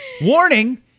Warning